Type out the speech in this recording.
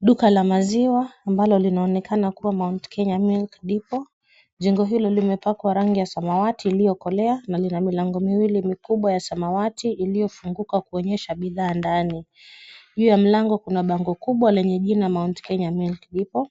Duka la maziwa ambalo linaoeneka kuwa Mount Kenya Milk ipo. Jengo hilo limepakwa rangi ya samawati iliyokolea na lina milango miwili mikubwa ya samawati iliyofunguka kuonyesha bidhaa ndani. Juu ya mlango kuna bango kubwa lenye jina Mount Kenya Milk ipo.